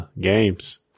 Games